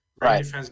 right